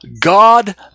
God